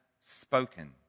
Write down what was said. spoken